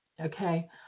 okay